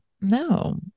No